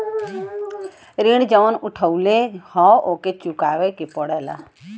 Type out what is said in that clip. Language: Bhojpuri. ऋण जउन उठउले हौ ओके चुकाए के पड़ेला